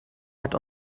hat